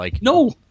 No